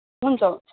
हुन्छ हुन्छ